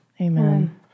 Amen